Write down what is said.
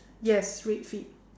yes red feet